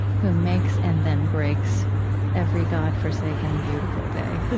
who makes and then breaks every god-forsaken, beautiful day?